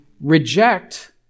reject